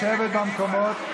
לשבת במקומות.